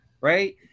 right